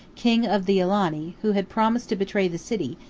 king of the alani, who had promised to betray the city,